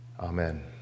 Amen